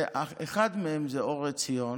ואחד מהם זה אור עציון.